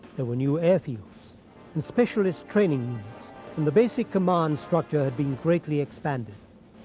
there were new airfields and specialist training units and the basic command structure had been greatly expanded.